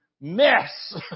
mess